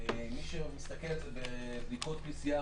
מי שמסתכל על זה בבדיקות PCR,